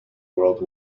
world